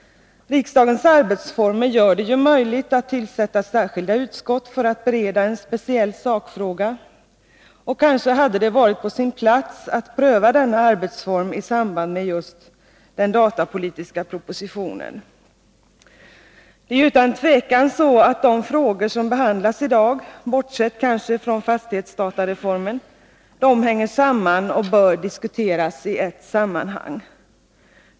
Riksdagens arbetsformer gör det ju möjligt att tillsätta särskilda utskott för att bereda en speciell sakfråga. Det hade kanske varit på sin plats att pröva denna arbetsform i samband med just behandlingen av den datapolitiska propositionen. Det är ju utan tvivel så, att de frågor som behandlas i dag — kanske bortsett från fastighetsdatareformen — hänger samman och bör diskuteras i ett sammanhang.